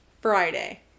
Friday